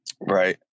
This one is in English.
Right